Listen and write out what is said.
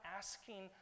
asking